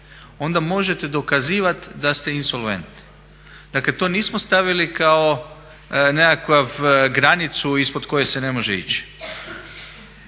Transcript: onda možete dokazivati da ste insolventni. Dakle, to nismo stavili kao nekakvu granicu ispod koje se ne može ići.